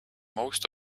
most